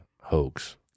hoax